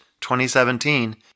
2017